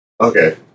Okay